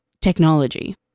technology